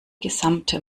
gesamte